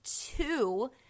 two